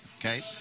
okay